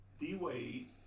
D-Wade